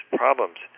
problems